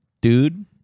dude